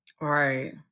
Right